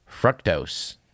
fructose